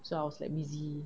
so I was like busy